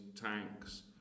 tanks